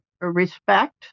respect